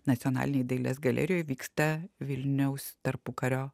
nacionalinėj dailės galerijoj vyksta vilniaus tarpukario